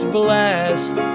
blessed